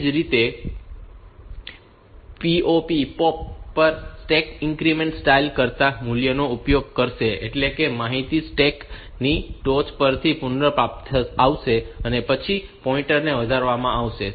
એ જ રીતે POP operation પર સ્ટેક ઇન્ક્રીમેન્ટ સ્ટાઇલ કરતાં મૂલ્યનો ઉપયોગ કરશે એટલે કે માહિતી સ્ટેક ની ટોચ પરથી પુનઃપ્રાપ્ત કરવામાં આવશે અને પછી પોઇન્ટર ને વધારવામાં આવશે